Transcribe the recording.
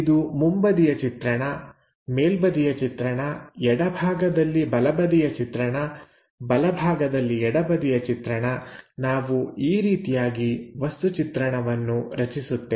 ಇದು ಮುಂಬದಿಯ ಚಿತ್ರಣ ಮೇಲ್ಬದಿಯ ಚಿತ್ರಣ ಎಡ ಭಾಗದಲ್ಲಿ ಬಲಬದಿಯ ಚಿತ್ರಣಬಲಭಾಗದಲ್ಲಿ ಎಡಬದಿಯ ಚಿತ್ರಣನಾವು ಈ ರೀತಿಯಾಗಿ ವಸ್ತು ಚಿತ್ರಣವನ್ನು ರಚಿಸುತ್ತೇವೆ